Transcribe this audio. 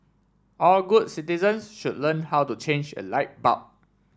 all good citizens should learn how to change a light bulb